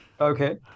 Okay